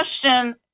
question